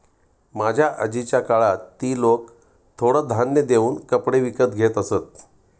माझ्या आजीच्या काळात ती लोकं थोडं धान्य देऊन कपडे विकत घेत असत